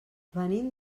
venim